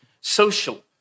social